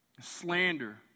Slander